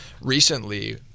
recently